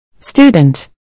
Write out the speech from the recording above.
Student